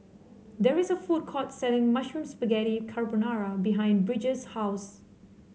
there is a food court selling Mushroom Spaghetti Carbonara behind Bridger's house